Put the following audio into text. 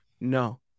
No